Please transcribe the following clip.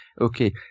Okay